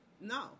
no